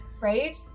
Right